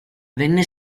venne